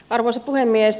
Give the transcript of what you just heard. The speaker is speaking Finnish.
arvoisa puhemies